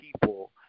people